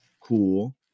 cool